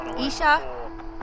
Isha